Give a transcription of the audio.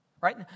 right